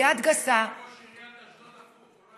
ביד גסה, את ראש עיריית אשדוד הפכו.